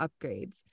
Upgrades